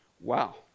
wow